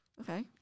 Okay